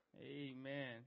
Amen